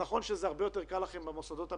נכון שהרבה יותר קל לכם במוסדות המתוקצבים,